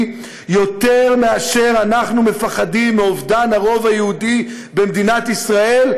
יותר מאשר אנחנו מפחדים מאובדן הרוב היהודי במדינת ישראל,